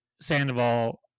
Sandoval